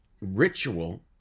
ritual